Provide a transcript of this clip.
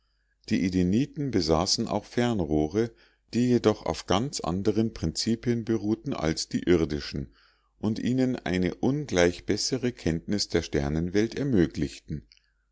die edeniten besaßen auch fernrohre die jedoch auf ganz anderen prinzipien beruhten als die irdischen und ihnen eine ungleich bessere kenntnis der sternenwelt ermöglichten